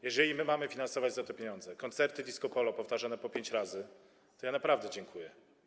Jeżeli mamy finansować tymi pieniędzmi koncerty disco polo powtarzane po pięć razy, to ja naprawdę dziękuję.